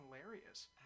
hilarious